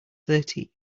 thirty